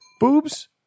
Boobs